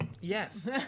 Yes